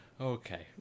Okay